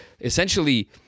essentially